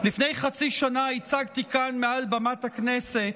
לפני חצי שנה הצגתי כאן, מעל במת הכנסת,